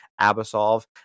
Abasov